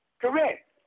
Correct